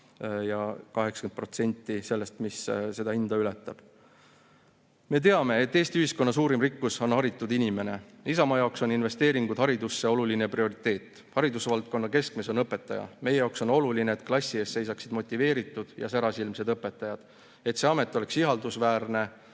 ja 80% sellest, mis seda hinda ületab. Me teame, et Eesti ühiskonna suurim rikkus on haritud inimene. Isamaa jaoks on investeeringud haridusse oluline prioriteet. Haridusvaldkonna keskmes on õpetaja. Meie jaoks on oluline, et klassi ees seisaksid motiveeritud ja särasilmsed õpetajad ja et see amet oleks ihaldusväärne.